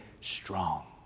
strong